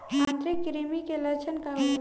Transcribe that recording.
आंतरिक कृमि के लक्षण का होला?